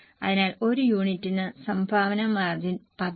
അതിനാൽ ഒരു യൂണിറ്റിന് സംഭാവന മാർജിൻ 10 ആണ്